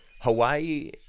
Hawaii